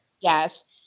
Yes